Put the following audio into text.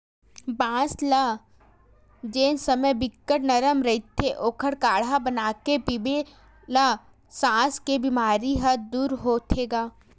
बांस ल जेन समे बिकट नरम रहिथे ओखर काड़हा बनाके पीए ल सास के बेमारी ह दूर होथे गा